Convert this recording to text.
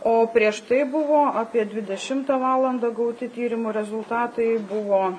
o prieš tai buvo apie dvidešimtą valandą gauti tyrimų rezultatai buvo